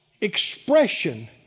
expression